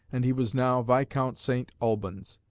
and he was now viscount st. alban's.